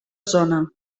zona